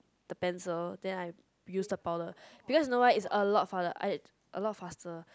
the pencil then I use the powder because you know why it's a lot powder a lot faster